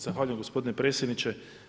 Zahvaljujem gospodine predsjedniče.